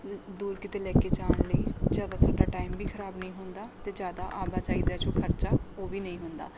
ਦੂਰ ਕਿਤੇ ਲੈ ਕੇ ਜਾਣ ਲਈ ਜ਼ਿਆਦਾ ਸਾਡਾ ਟਾਈਮ ਵੀ ਖਰਾਬ ਨਹੀਂ ਹੁੰਦਾ ਅਤੇ ਜ਼ਿਆਦਾ ਆਵਾਜਾਈ ਦਾ ਜੋ ਖਰਚਾ ਉਹ ਵੀ ਨਹੀਂ ਹੁੰਦਾ